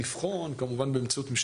הוא לא במקום אלא בנוסף.